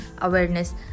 awareness